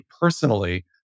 personally